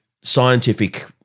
scientific